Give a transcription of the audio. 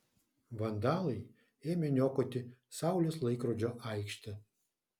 vandalai ėmė niokoti saulės laikrodžio aikštę